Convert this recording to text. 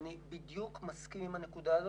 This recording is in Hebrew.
אני בדיוק מסכים עם הנקודה הזאת,